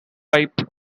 pipe